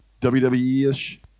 WWE-ish